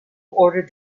ordered